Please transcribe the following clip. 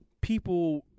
people